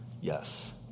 yes